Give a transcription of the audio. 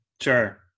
Sure